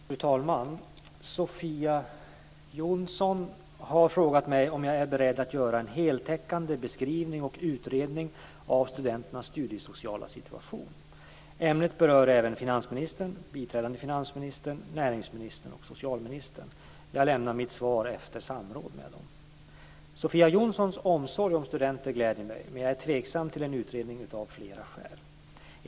Fru talman! Sofia Jonsson har frågat mig om jag är beredd att göra en heltäckande beskrivning och utredning av studenternas studiesociala situation. Ämnet berör även finansministern, biträdande finansministern, näringsministern och socialministern. Jag lämnar mitt svar efter samråd med dem. Sofia Jonssons omsorg om studenterna gläder mig, men jag är tveksam till en utredning av flera skäl.